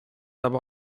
aber